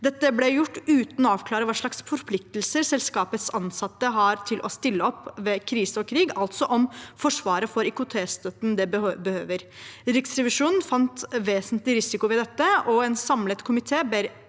Dette ble gjort uten å avklare hva slags forpliktelser selskapets ansatte har til å stille opp ved krise og krig, altså om Forsvaret får IKT-støtten det behøver. Riksrevisjonen fant vesentlig risiko ved dette, og en samlet komité ber